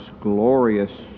glorious